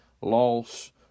loss